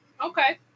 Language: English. okay